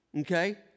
Okay